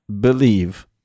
believe